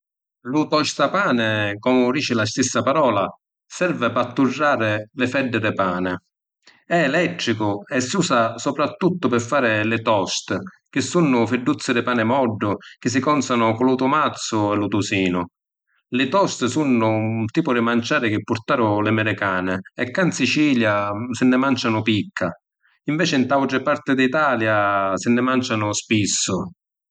Lu “tostapani” comu dici la stissa palora, servi p’atturrari li feddi di pani. E’ elettricu e si usa supratuttu pi fari li “toast” chi sunnu fidduzzi di pani moddu chi si conzanu cu lu tumazzu e lu tusinu. Li “toast” sunnu un tipu di manciàri chi purtaru li ‘miricani e cca ‘n Sicilia si nni manciànu picca, inveci nta autri parti ‘n Italia si nni mancianu spissu.